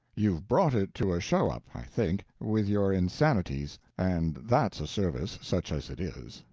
you've brought it to a show-up, i think, with your insanities, and that's a service such as it is.